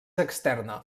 externa